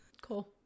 Cool